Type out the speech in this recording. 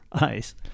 eyes